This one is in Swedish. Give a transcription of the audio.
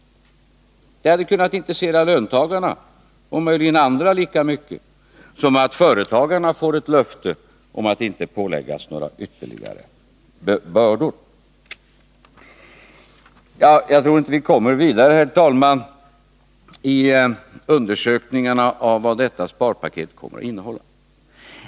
Det hade kunnat intressera löntagarna och möjligen andra lika mycket som att företagarna får ett löfte om att inte påläggas några ytterligare bördor. Herr talman! Jag tror inte att vi kommer vidare i undersökningarna av vad detta sparpaket kommer att innehålla.